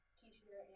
teacher